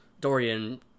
Dorian